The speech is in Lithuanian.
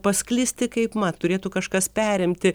pasklisti kaipmat turėtų kažkas perimti